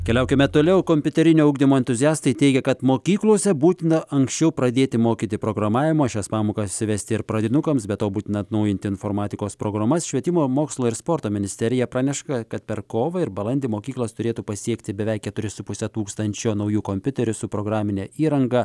keliaukime toliau kompiuterinio ugdymo entuziastai teigia kad mokyklose būtina anksčiau pradėti mokyti programavimo šias pamokas vesti ir pradinukams be to būtina atnaujinti informatikos programas švietimo mokslo ir sporto ministerija praneša kad per kovą ir balandį mokyklos turėtų pasiekti beveik keturis su puse tūkstančio naujų kompiuterių su programine įranga